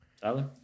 Tyler